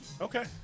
Okay